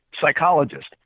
psychologist